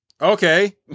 Okay